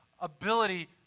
ability